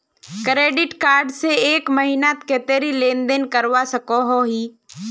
Credit card से एक महीनात कतेरी लेन देन करवा सकोहो ही?